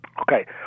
Okay